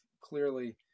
clearly